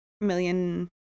million